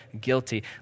guilty